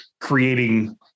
creating